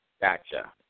Gotcha